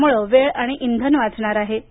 त्यामुळं वेळ आणि इंधन वाचणार आहे